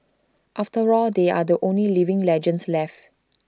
after all they are the only living legends left